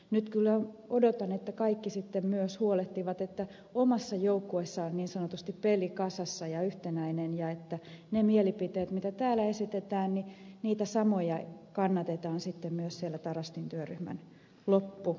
nyt kyllä odotan että kaikki sitten myös huolehtivat siitä että omassa joukkueessa on niin sanotusti peli kasassa ja yhtenäinen ja että niitä samoja mielipiteitä joita täällä esitetään kannatetaan sitten myös siellä tarastin työryhmän loppusuoralla